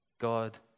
God